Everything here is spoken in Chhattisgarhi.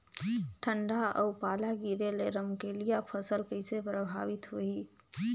ठंडा अउ पाला गिरे ले रमकलिया फसल कइसे प्रभावित होही?